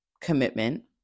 commitment